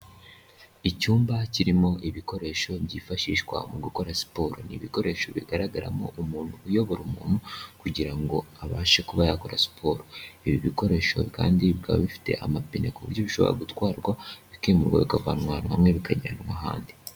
Icyumba kirimo ibikoresho byifashishwa mu gukora siporo, ni ibikoresho bigaragaramo umuntu uyobora umuntu kugira ngo abashe kuba yakora siporo, ibi bikoresho kandi bikaba bifite amapine ku buryo bishobora gutwarwa bikimurwa bikavanwa ahantu hamwe bikajyanwa ahandi.